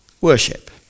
worship